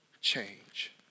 change